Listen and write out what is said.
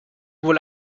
wohl